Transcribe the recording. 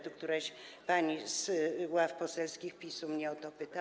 Tu któraś pani z ław poselskich PiS-u mnie o to pyta.